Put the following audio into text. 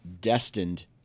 destined